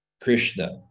Krishna